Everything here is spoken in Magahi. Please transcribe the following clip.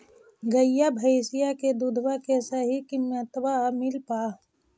गईया भैसिया के दूधबा के सही किमतबा मिल पा?